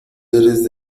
eres